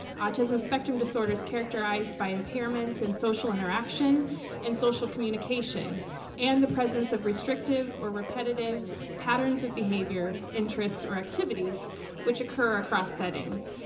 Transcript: autism spectrum disorder is characterized by impairments in social interaction and social communication and the presence of restrictive or repetitive patterns of behavior, interest or activities which occur across settings,